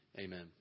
amen